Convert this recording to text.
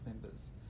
members